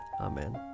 Amen